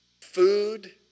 Food